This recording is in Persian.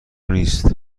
نیست